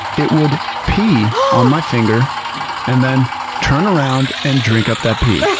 it would pee on my finger and then turnaround and drink up that pee. yeah